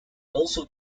also